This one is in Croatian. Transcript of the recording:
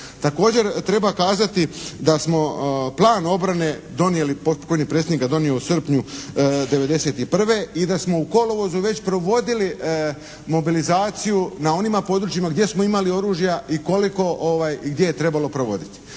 Također treba kazati da smo plan obrane donijeli, pokojni predsjednik je donio u srpnju '91. i da smo u kolovozu već provodili mobilizaciju na onima područjima gdje smo imali oružja i koliko i gdje je trebalo provoditi.